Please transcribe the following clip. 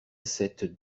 sept